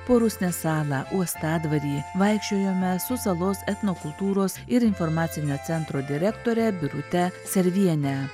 po rusnės salą uostadvarį vaikščiojome su salos etnokultūros ir informacinio centro direktore birute serviene